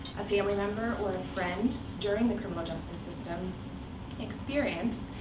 a family member, or a friend during the criminal justice system experience.